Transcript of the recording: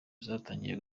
zatangiye